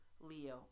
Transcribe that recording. Leo